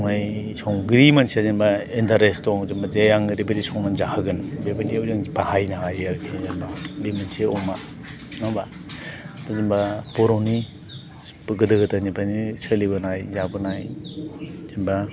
संनाय संफेरै मानसिया जेनेबा इन्टारेस्ट दं जे आं ओरैबायदि संनानै जाहोगोन बेबायदियाव जों बाहायनो हायो आरोखि जेनेबा बे मोनसे अमा नङा होमबा जेनेबा बर'नि गोदो गोदायनिफ्रायनो सोलिबोनाय जाबोनाय जेनेबा